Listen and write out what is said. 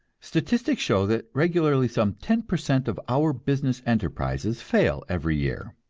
statistics show that regularly some ten per cent of our business enterprises fail every year.